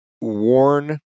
worn